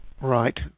Right